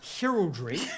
heraldry